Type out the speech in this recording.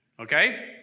Okay